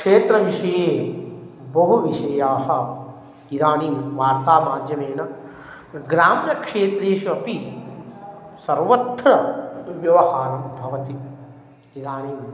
क्षेत्रविषये बहुविषयाः इदानीं वार्तामाध्यमेन ग्राम्यक्षेत्रेषु अपि सर्वत्र व्यवहारः भवति इदानीं